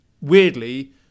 weirdly